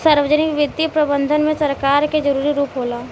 सार्वजनिक वित्तीय प्रबंधन में सरकार के जरूरी रूप होला